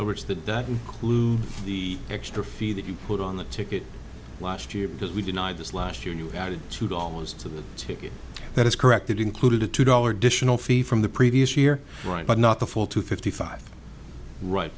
which that that includes the extra fee that you put on the ticket last year because we deny this last year you added two dollars to the ticket that is correct it included a two dollar dish no fee from the previous year right but not the full two fifty five right